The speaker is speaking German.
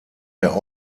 der